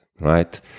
right